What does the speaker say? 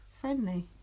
Friendly